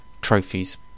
trophies